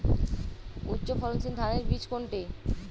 উচ্চ ফলনশীল ধানের বীজ কোনটি?